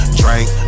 drink